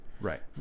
Right